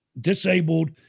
disabled